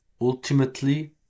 Ultimately